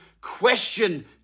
Question